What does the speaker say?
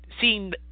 seeing